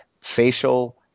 facial